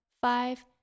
five